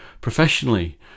professionally